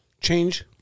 change